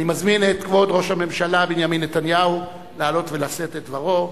אני מזמין את כבוד ראש הממשלה בנימין נתניהו לעלות ולשאת את דברו,